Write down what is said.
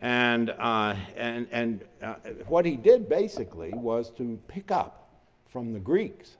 and ah and and what he did basically was to pick up from the greeks